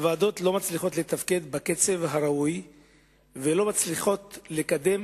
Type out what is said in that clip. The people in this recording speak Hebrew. הוועדות לא מצליחות לתפקד בקצב הראוי ולא מצליחות לקדם